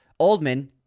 Oldman